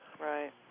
Right